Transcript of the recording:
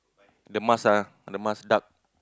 the mask ah the mask duck